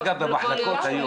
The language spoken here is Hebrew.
אף אחד לא ירצה להיות שוליה.